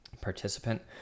participant